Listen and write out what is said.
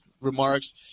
remarks